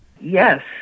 Yes